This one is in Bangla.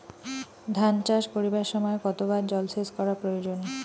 ধান চাষ করিবার সময় কতবার জলসেচ করা প্রয়োজন?